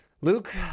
Luke